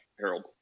Harold